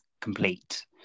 complete